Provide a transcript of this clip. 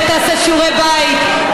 לך תעשה שיעורי בית,